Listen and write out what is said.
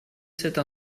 cette